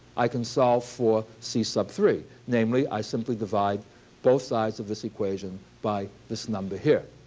i can solve for c sub three. namely, i simply divide both sides of this equation by this number here.